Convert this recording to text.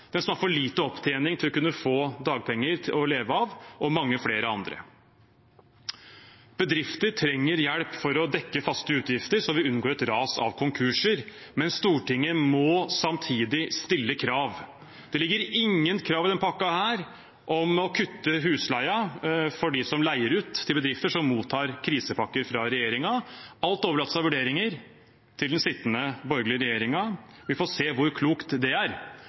men som har for liten opptjening til å kunne få dagpenger å leve av – og mange flere. Bedrifter trenger hjelp til å dekke faste utgifter, slik at vi unngår et ras av konkurser, men Stortinget må samtidig stille krav. Det ligger ingen krav i denne pakken om å kutte husleien for dem som leier ut til bedrifter som mottar krisepakker fra regjeringen. Alt av vurderinger overlates til den sittende borgerlige regjeringen. Vi får se hvor klokt det